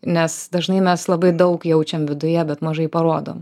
nes dažnai mes labai daug jaučiam viduje bet mažai parodom